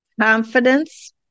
confidence